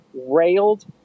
railed